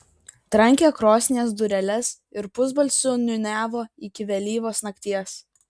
trankė krosnies dureles ir pusbalsiu niūniavo iki vėlyvos nakties